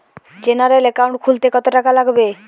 General account খুলতে কত টাকা লাগবে?